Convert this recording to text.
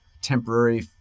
temporary